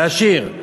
להשאיר.